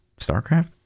Starcraft